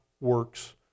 works